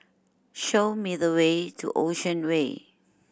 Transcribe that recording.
show me the way to Ocean Way